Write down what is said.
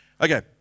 Okay